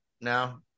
now